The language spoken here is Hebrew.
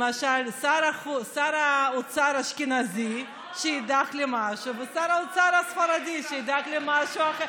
למשל שר האוצר האשכנזי שידאג למשהו ושר האוצר הספרדי שידאג למשהו אחר.